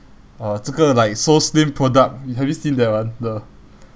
uh 这个 like so slim product have you seen that one the